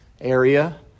area